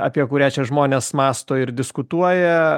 apie kurią čia žmonės mąsto ir diskutuoja